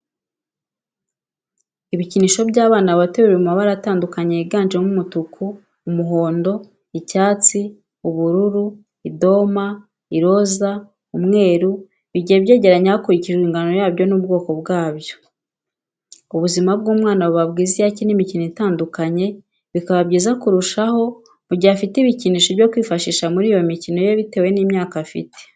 Ibikinisho by'abana bato biri mu mabara atandukanye yiganjemo umutuku, umuhondo, icyatsi ,ubururu , idoma , iroza, umweru, bigiye byegeranye hakurikijwe ingano yabyo n'ubwoko bwabyo ubuzima bw'umwana buba bwiza iyo akina imikino itandukanye, bikaba byiza kurushaho mu gihe afite ibikinisho byo kwifashisha muri iyo mikino ye bitewe n'imyaka afite.